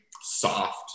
soft